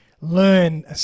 learn